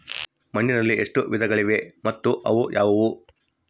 ಮಣ್ಣಿನಲ್ಲಿ ಎಷ್ಟು ವಿಧಗಳಿವೆ ಮತ್ತು ಅವು ಯಾವುವು?